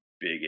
big